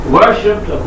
worshipped